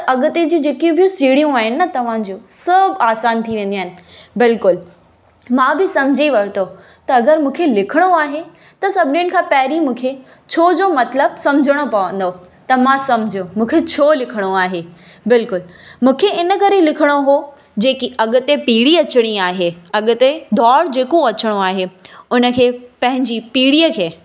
त अॻिते जी जेकी सीढ़ियूं आहिनि न तव्हां जूं सभु आसान थी वेंदियूं आहिनि बिल्कुलु मां बि सम्झी वरितो त अगरि मूंखे लिखिणो आहे त सभिनीनि खां पहिरीं मूंखे छोजो मतिलबु सम्झणो पवंदो त मां सम्झो मूंखे छो लिखिणो आहे बिल्कुलु मूंखे इन करे लिखिणो हुओ जेकी अॻिते पीढ़ी अचणी आहे अॻिते दौर जे को अचिणो आहे उनखे पंहिंजी पीढ़ीअ खे